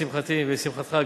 לשמחתי וגם לשמחתך,